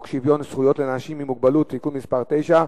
שוויון זכויות לאנשים עם מוגבלות (תיקון מס' 9),